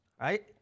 right